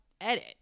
edit